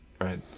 right